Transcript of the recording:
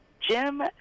Jim